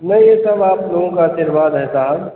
नहीं यह सब आप लोगों का आशीर्वाद है साहब